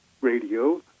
radio